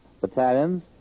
battalions